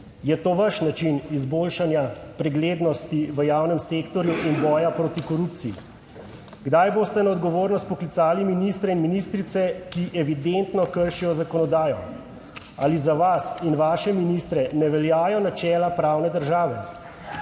Je to vaš način izboljšanja preglednosti v javnem sektorju in boja proti korupciji? Kdaj boste na odgovornost poklicali ministre in ministrice, ki evidentno kršijo zakonodajo? Ali za vas in vaše ministre ne veljajo načela pravne države?